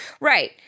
Right